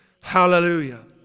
Hallelujah